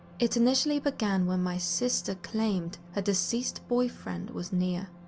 it initially began when my sister claimed her deceased boyfriend was near.